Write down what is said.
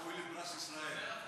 הוא ראוי לפרס ישראל.